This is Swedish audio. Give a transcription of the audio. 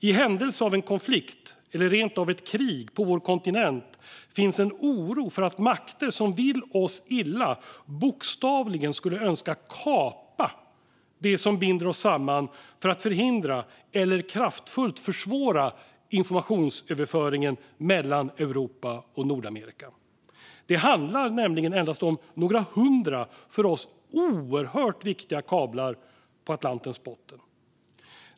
I händelse av en konflikt eller rent av ett krig på vår kontinent finns en oro för att makter som vill oss illa bokstavligen skulle önska kapa det som binder oss samman för att förhindra eller kraftfullt försvåra informationsöverföringen mellan Europa och Nordamerika. Det handlar nämligen endast om några hundra för oss oerhört viktiga kablar på Atlantens botten.